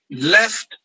left